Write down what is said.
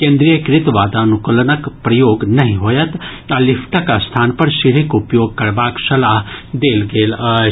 केन्द्रीयकृत वातानुकूलनक प्रयोग नहि होयत आ लिफ्टक स्थान पर सीढ़ीक उपयोग करबाक सलाह देल गेल अछि